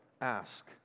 ask